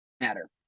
matter